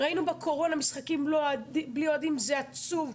ראינו בקורונה משחקים בלי אוהדים זה עצוב.